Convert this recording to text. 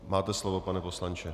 Máte slovo, pane poslanče.